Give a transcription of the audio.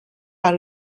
out